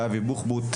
ואבי בוחבוט,